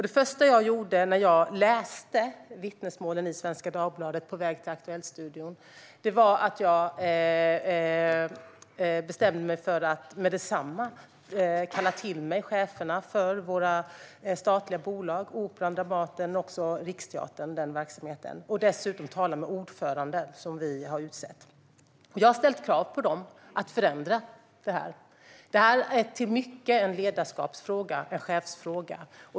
Det första jag gjorde när jag läste vittnesmålen i Svenska Dagbladet på väg till Aktuellt studion var att med detsamma bestämma mig för att kalla till mig cheferna för våra statliga institutioner Operan, Dramaten och Riksteatern och att dessutom tala med ordförandena, som vi har utsett. Jag har ställt krav på dem att förändra detta, som i mycket är en ledarskapsfråga, en chefsfråga.